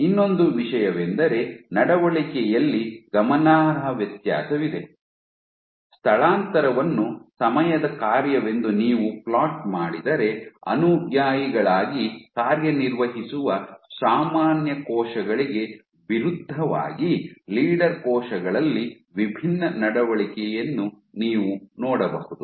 ಇನ್ನೊಂದು ವಿಷಯವೆಂದರೆ ನಡವಳಿಕೆಯಲ್ಲಿ ಗಮನಾರ್ಹ ವ್ಯತ್ಯಾಸವಿದೆ ಸ್ಥಳಾಂತರವನ್ನು ಸಮಯದ ಕಾರ್ಯವೆಂದು ನೀವು ಫ್ಲೋಟ್ ಮಾಡಿದರೆ ಅನುಯಾಯಿಗಳಾಗಿ ಕಾರ್ಯನಿರ್ವಹಿಸುವ ಸಾಮಾನ್ಯ ಕೋಶಗಳಿಗೆ ವಿರುದ್ಧವಾಗಿ ಲೀಡರ್ ಕೋಶಗಳಲ್ಲಿ ವಿಭಿನ್ನ ನಡವಳಿಕೆಯನ್ನು ನೀವು ನೋಡಬಹುದು